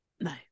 No